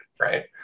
right